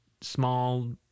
small